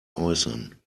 äußern